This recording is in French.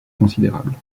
considérables